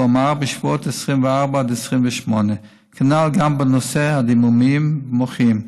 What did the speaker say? כלומר בשבועות 24 28. כך גם בנושא דימומים מוחיים.